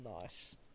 Nice